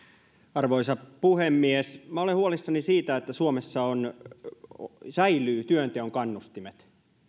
arvoisa puhemies minä olen huolissani siitä että suomessa säilyvät työnteon kannustimet